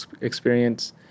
experience